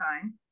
time